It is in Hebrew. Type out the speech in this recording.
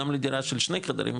גם לדירה של שני חדרים,